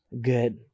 good